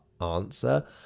answer